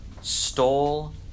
stole